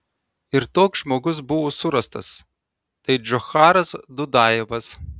ir toks žmogus buvo surastas tai džocharas dudajevas